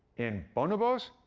in bonobos,